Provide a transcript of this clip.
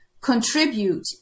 contribute